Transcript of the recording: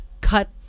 cut